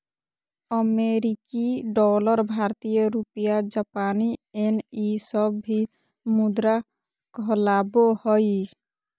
अमेरिकी डॉलर भारतीय रुपया जापानी येन ई सब भी मुद्रा कहलाबो हइ